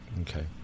Okay